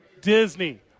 Disney